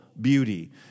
beauty